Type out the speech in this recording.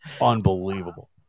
unbelievable